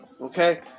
Okay